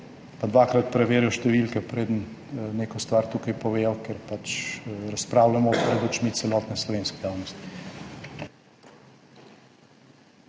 pa dvakrat preverijo številke, preden neko stvar tukaj povedo, ker razpravljamo pred očmi celotne slovenske javnosti.